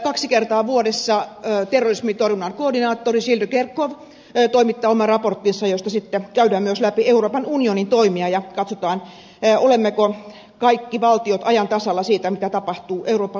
kaksi kertaa vuodessa terrorismin torjunnan koordinaattori gilles de kerchove toimittaa oman raporttinsa josta sitten käydään myös läpi euroopan unionin toimia ja katsotaan olemmeko kaikki valtiot ajan tasalla siitä mitä tapahtuu euroopan unionin sisällä